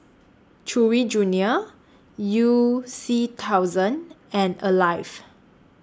Chewy Junior YOU C thousand and Alive